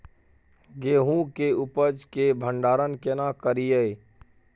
गेहूं के उपज के भंडारन केना करियै?